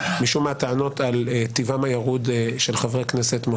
משום הטענות על טיבן הירוד של חברי כנסת.